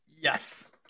Yes